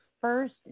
first